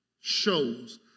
shows